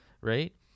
right